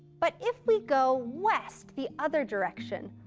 but if we go west the other direction,